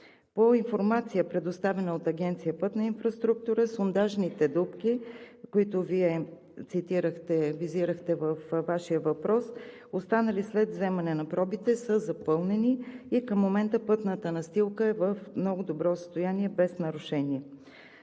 По информация, предоставена от Агенция „Пътна инфраструктура“, сондажните дупки, които визирахте във Вашия въпрос, останали след взимане на пробите, са запълнени и към момента пътната настилка е в много добро състояние без нарушения.